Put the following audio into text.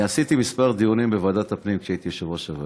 אני קיימתי כמה דיונים בוועדת הפנים כשהייתי יושב-ראש הוועדה.